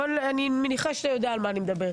אבל אני מניחה שאתה יודע על מה אני מדברת.